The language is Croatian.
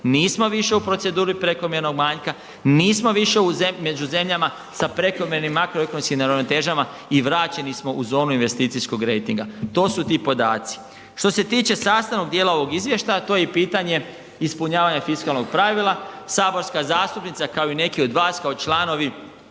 Nismo više u proceduri prekomjernog manjka, nismo više među zemljama sa prekomjernim makroekonomskim neravnotežama i vraćeni smo u zonu investicijskog rejtinga. To su ti podaci. Što se tiče sastavnog dijela ovog izvještaja, to je pitanje ispunjavanja fiskalnog pravila. Saborska zastupnica kao i neki od vas kao članovi